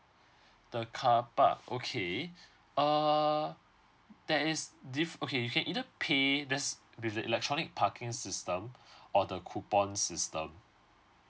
the carpark okay err there is di~ okay you can either pay that's with the electronic parking system or the coupon system